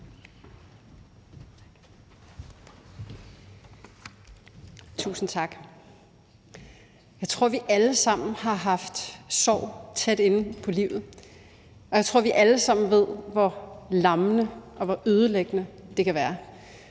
Tusind tak. Jeg tror, vi alle sammen har haft sorg tæt inde på livet, og jeg tror, vi alle sammen ved, hvor lammende og hvor ødelæggende det kan være,